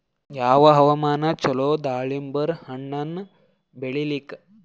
ಯಾವ ಹವಾಮಾನ ಚಲೋ ದಾಲಿಂಬರ ಹಣ್ಣನ್ನ ಬೆಳಿಲಿಕ?